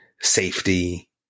safety